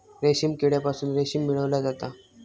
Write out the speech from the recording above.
रेशीम किड्यांपासून रेशीम मिळवला जाता